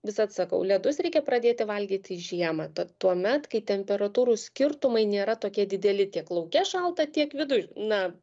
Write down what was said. visad sakau ledus reikia pradėti valgyti žiemą tad tuomet kai temperatūrų skirtumai nėra tokie dideli tiek lauke šalta tiek viduj na